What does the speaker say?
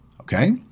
okay